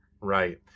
Right